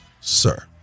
sir